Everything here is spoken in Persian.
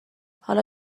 حالا